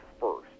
first